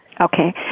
Okay